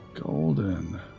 Golden